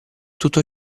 tutto